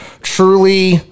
truly